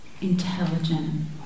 intelligent